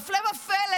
והפלא ופלא,